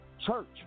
Church